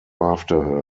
after